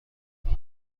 باید